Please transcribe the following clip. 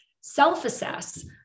self-assess